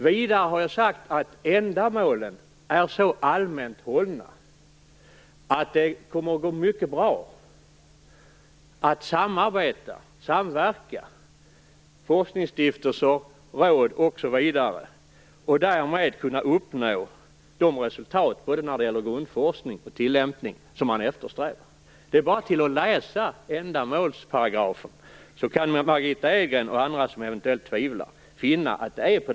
Vidare har jag sagt att ändamålen är så allmänt hållna, att det kommer att gå mycket bra att samarbeta och samverka med forskningsstiftelser, råd osv. och därmed uppnå de resultat när det gäller både grundforskning och tillämpning som man eftersträvar. Det är bara att läsa ändamålsparagrafen så kan Margitta Edgren och eventuellt andra som tvivlar finna att det är så.